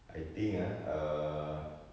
I think ah err